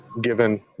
given